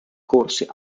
corse